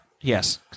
Yes